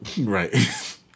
Right